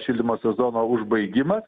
šildymo sezono užbaigimas